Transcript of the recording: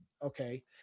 Okay